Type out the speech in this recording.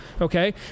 Okay